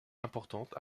importante